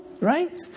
Right